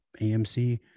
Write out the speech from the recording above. AMC